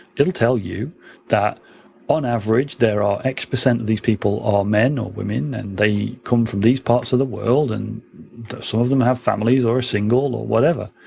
it'll tell you that on average there are x percent of these people are men or women, and they come from these parts of the world, and some of them have families, or are single, or whatever.